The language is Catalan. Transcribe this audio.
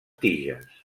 tiges